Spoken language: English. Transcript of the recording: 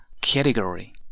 Category